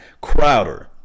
Crowder